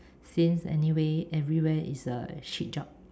since anyway everywhere is a shit job